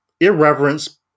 irreverence